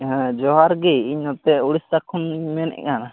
ᱦᱮᱸ ᱡᱚᱸᱦᱟᱨᱜᱮ ᱤᱧ ᱱᱚᱛᱮ ᱩᱲᱤᱥᱥᱟ ᱠᱷᱚᱱᱤᱧ ᱢᱮᱱᱮᱫᱼᱟ